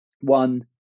one